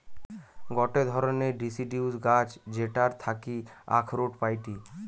গটে ধরণের ডিসিডিউস গাছ যেটার থাকি আখরোট পাইটি